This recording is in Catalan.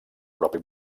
propi